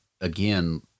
again